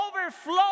overflow